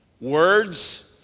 Words